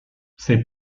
c’est